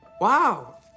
Wow